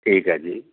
ਠੀਕ ਹੈ ਜੀ